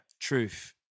truth